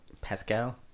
Pascal